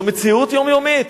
זו מציאות יומיומית,